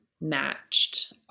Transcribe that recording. matched